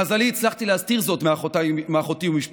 למזלי, הצלחתי להסתיר זאת מאחותי וממשפחתה.